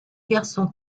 garçon